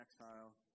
exile